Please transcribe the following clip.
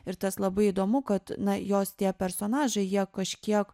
ir tas labai įdomu kad na jos tie personažai jie kažkiek